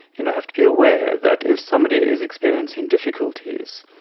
you know have to be aware that if somebody is experiencing difficulties,